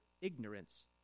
ignorance